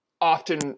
often